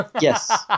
Yes